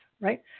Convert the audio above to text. right